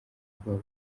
bwabo